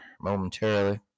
momentarily